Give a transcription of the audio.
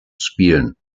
spielen